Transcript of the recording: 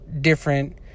different